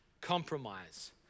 Compromise